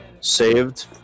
saved